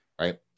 right